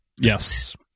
Yes